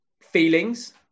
feelings